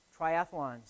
Triathlons